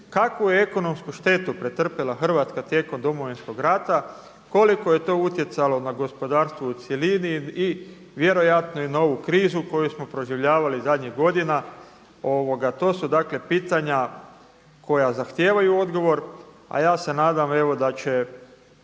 kakvu je ekonomsku štetu pretrpjela Hrvatska tijekom Domovinskog rata, koliko je to utjecalo na gospodarstvo u cjelini i vjerojatno i novu krizu koju smo proživljavali zadnjih godina. To su dakle pitanja koja zahtijevaju odgovor, a ja se nadam evo da će